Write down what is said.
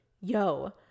yo